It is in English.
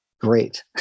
great